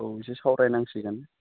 औ एसे सावरायनांसिगोन